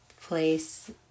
place